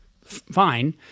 Fine